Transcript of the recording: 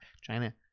China